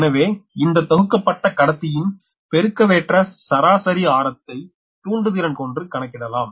எனவே இந்த தொகுக்கப்பட்ட கடத்தயின் பெருக்கவேற்ற சராசரி ஆரத்தை தூண்டு திறன் கொண்டு கணக்கிடலாம்